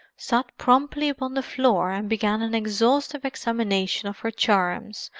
sat promptly upon the floor, and began an exhaustive examination of her charms,